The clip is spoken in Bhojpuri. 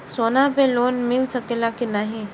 सोना पे लोन मिल सकेला की नाहीं?